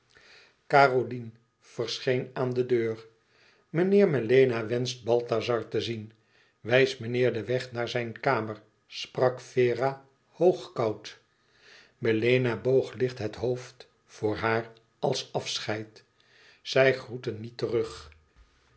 caroline verscheen aan de deur meneer melena wenscht balthazar te zien wijs meneer den weg naar zijn kamer sprak vera hoog koud melena boog licht het hoofd voor haar als afscheid zij groette niet terug